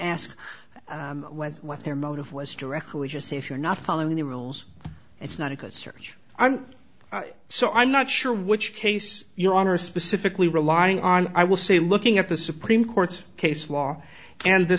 ask what their motive was directly just say if you're not following the rules it's not a good search so i'm not sure which case you're on or specifically relying on i will say looking at the supreme court case law and the